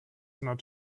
not